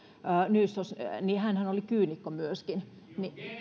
dionysos hänhän oli kyynikko myöskin